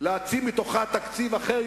להוציא מתוכה תקציב אחר,